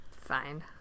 Fine